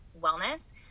wellness